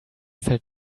felt